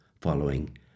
following